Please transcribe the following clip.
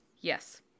Yes